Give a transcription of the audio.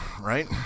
right